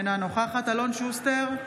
אינה נוכחת אלון שוסטר,